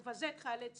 מבזה את חיילי צה"ל,